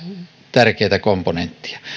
tärkeätä komponenttia